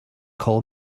call